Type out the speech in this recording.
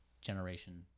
generation